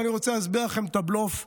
ואני רוצה להסביר לכם את הבלוף,